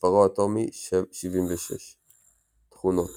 ומספרו האטומי 76. תכונות